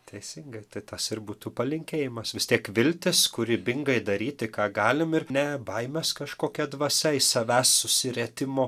teisingai tai tas ir būtų palinkėjimas vis tiek viltis kūrybingai daryti ką galim ir ne baimės kažkokia dvasia iš savęs susirietimo